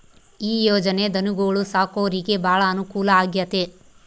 ಈ ಯೊಜನೆ ಧನುಗೊಳು ಸಾಕೊರಿಗೆ ಬಾಳ ಅನುಕೂಲ ಆಗ್ಯತೆ